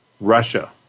Russia